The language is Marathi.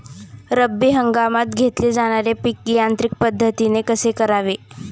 रब्बी हंगामात घेतले जाणारे पीक यांत्रिक पद्धतीने कसे करावे?